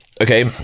okay